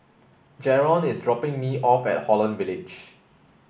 Jaron is dropping me off at Holland Village